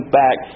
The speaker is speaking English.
back